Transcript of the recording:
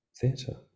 theatre